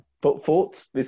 Thoughts